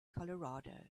colorado